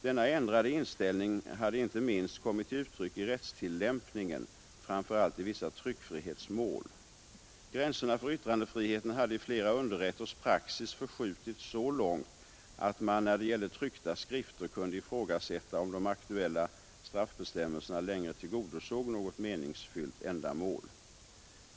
Denna ändrade inställning hade inte minst kommit till uttryck i rättstillämpningen, framför allt i vissa tryckfrihetsmål. Gränserna för yttrandefriheten hade i flera underrätters praxis förskjutits så långt att man när det gällde tryckta skrifter kunde ifrågasätta om de aktuella straffbestämmelserna längre tillgodosåg något meningsfyllt ändamål.